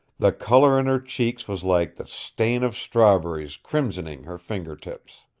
the color in her cheeks was like the stain of strawberries crimsoning her finger-tips.